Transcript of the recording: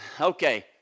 Okay